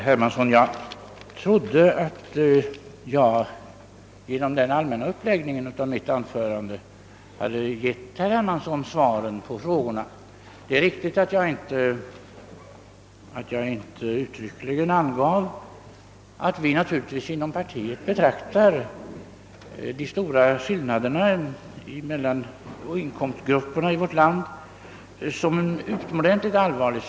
Herr talman! Jag trodde att jag genom den allmänna uppläggningen av mitt anförande hade gett herr Hermansson svar på frågorna. Det är riktigt att jag inte uttryckligen angav att vi naturligtvis inom partiet betraktar de stora skillnaderna mellan inkomstgrupperna i vårt land som någonting utomordentligt allvarligt.